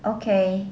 okay